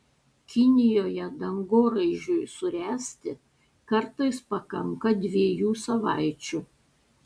kinijoje dangoraižiui suręsti kartais pakanka dviejų savaičių